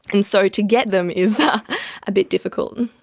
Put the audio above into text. and so to get them is a bit difficult.